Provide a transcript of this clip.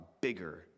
bigger